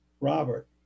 robert